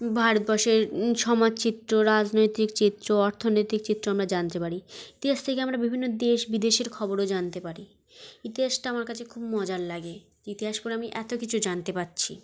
ভারতবর্ষের সমাজ চিত্র রাজনৈতিক চিত্র অর্থনৈতিক চিত্র আমরা জানতে পারি ইতিহাস থেকে আমরা বিভিন্ন দেশ বিদেশের খবরও জানতে পারি ইতিহাসটা আমার কাছে খুব মজার লাগে ইতিহাস পড়ে আমি এত কিছু জানতে পারছি